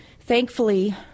thankfully